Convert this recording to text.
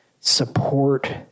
support